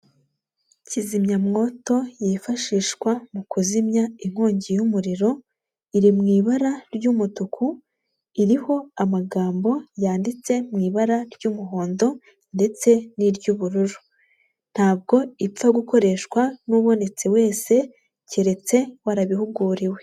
Kizimyamwoto yifashishwa mu kuzimya inkongi y'umuriro, iri mu ibara ry'umutuku, iriho amagambo yanditse mu ibara ry'umuhondo ndetse n'iry'ubururu, ntabwo ipfa gukoreshwa n'ubonetse wese keretse warabihuguriwe.